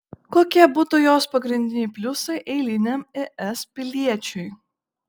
kokie būtų jos pagrindiniai pliusai eiliniam es piliečiui